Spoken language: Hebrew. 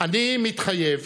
"אני מתחייב